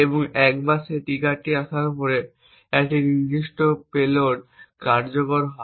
এবং একবার সেই ট্রিগারটি আসার পরে একটি নির্দিষ্ট পেলোড কার্যকর হয়